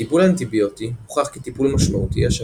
הטיפול האנטיביוטי הוכח כטיפול משמעותי אשר